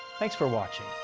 thanks for watching.